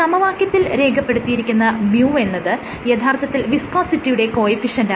സമവാക്യത്തിൽ രേഖപ്പെടുത്തിയിരിക്കുന്ന µ എന്നത് യഥാർത്ഥത്തിൽ വിസ്കോസിറ്റിയുടെ കോയെഫിഷന്റാണ്